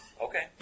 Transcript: Okay